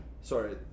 Sorry